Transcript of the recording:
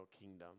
kingdom